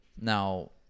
now